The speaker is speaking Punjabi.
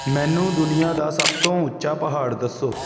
ਮੈਨੂੰ ਦੁਨੀਆ ਦਾ ਸਭ ਤੋਂ ਉੱਚਾ ਪਹਾੜ ਦੱਸੋ